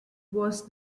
was